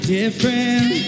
different